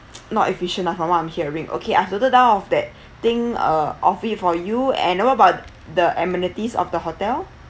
not efficient lah from what I'm hearing okay I've noted down of that thing uh or fee for you and what about the amenities of the hotel